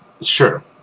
Sure